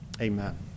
Amen